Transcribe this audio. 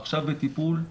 'עכשיו בטיפול',